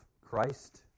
Christ